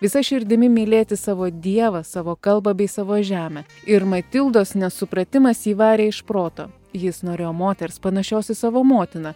visa širdimi mylėti savo dievą savo kalbą bei savo žemę ir matildos nesupratimas jį varė iš proto jis norėjo moters panašios į savo motiną